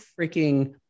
freaking